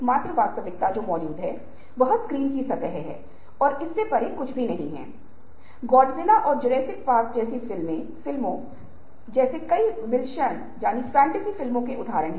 मान्यताओं को चुनौती दें अलग रहें और एक ही समय में खुले दिमाग से रहे और लचीले बनें